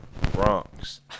Bronx